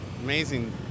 Amazing